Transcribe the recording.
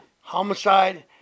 Homicide